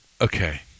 okay